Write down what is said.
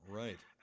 right